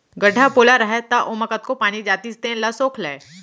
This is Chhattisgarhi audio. गड्ढ़ा ह पोला रहय त ओमा कतको पानी जातिस तेन ल सोख लय